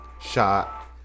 shot